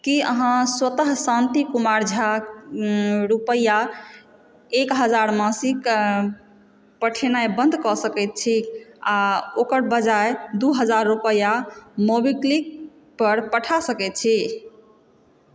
की अहाँ स्वतः शान्ति कुमार झा रुपआ एक हजार मासिक पठेनाइ बन्द कऽ सकैत छी आ ओकर बजाय दू हजार रुपआ मोबीक्विक पर पठा सकैत छी